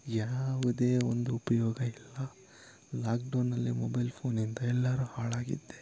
ಯಾವುದೇ ಒಂದು ಉಪಯೋಗ ಇಲ್ಲ ಲಾಕ್ಡೌನಲ್ಲಿ ಮೊಬೈಲ್ ಫೋನಿಂದ ಎಲ್ಲರೂ ಹಾಳಾಗಿದ್ದೇ